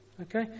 okay